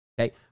Okay